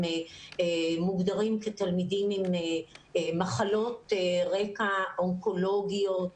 מוגדרים כתלמידים עם מחלות רקע אונקולוגיות,